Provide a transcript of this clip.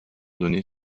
donnée